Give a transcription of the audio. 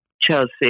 Chelsea